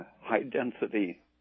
High-density